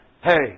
Hey